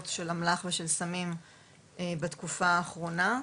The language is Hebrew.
של אמל"ח ושל סמים בתקופה האחרונה,